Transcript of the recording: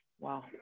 Wow